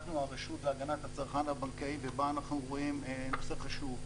אנחנו הרשות להגנת הצרכן הבנקאי ובה אנחנו רואים מוסד חשוב.